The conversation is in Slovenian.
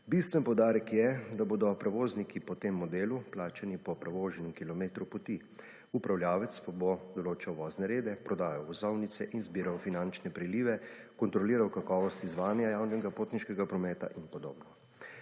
Bistven poudarek je, da bodo prevozniki po tem modelu plačani po prevoženem kilometru poti, upravljavec pa bo določal vozne rede, prodajal vozovnice in zbiral finančne prilive, kontroliral kakovost izvajanja javnega potniškega prometa in podobno.